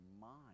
mind